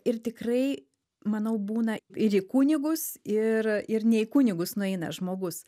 ir tikrai manau būna ir į kunigus ir ir ne į kunigus nueina žmogus